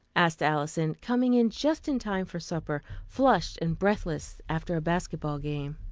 asked alison, coming in just in time for supper, flushed and breathless after a basketball game.